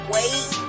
Wait